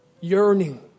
yearning